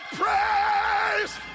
praise